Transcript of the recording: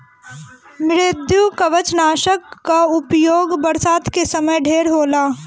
मृदुकवचनाशक कअ उपयोग बरसात के समय ढेर होला